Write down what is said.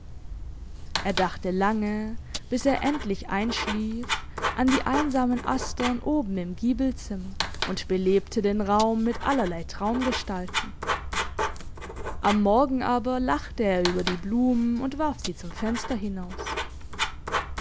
er dachte lange bis er endlich einschlief an die einsamen astern oben im giebelzimmer und belebte den raum mit allerlei traumgestalten am morgen aber lachte er über die blumen und warf sie zum fenster hinaus